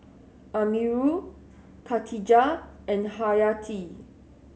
Amirul Khatijah and Haryati